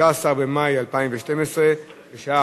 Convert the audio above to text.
16 במאי 2012, בשעה